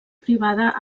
privada